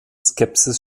skepsis